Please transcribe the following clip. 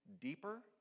deeper